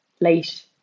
late